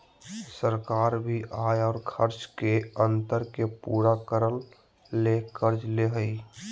सरकार भी आय और खर्च के अंतर के पूरा करय ले कर्ज ले हइ